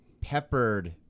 peppered